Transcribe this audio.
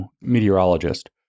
meteorologist